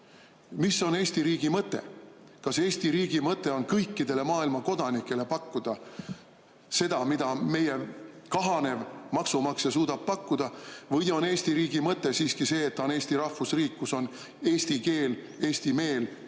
Mis on Eesti riigi mõte? Kas Eesti riigi mõte on kõikidele maailma kodanikele pakkuda seda, mida meie kahanev maksumaksja[skond] suudab pakkuda, või on Eesti riigi mõte siiski see, et on Eesti rahvusriik, kus on eesti keel, eesti meel,